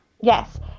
Yes